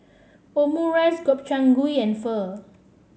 Omurice Gobchang Gui and Pho